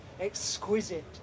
exquisite